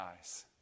eyes